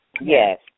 Yes